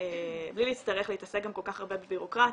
בלי להצטרך להתעסק גם כל כך הרבה בבירוקרטיה.